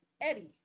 Eddie